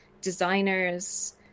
designers